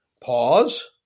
pause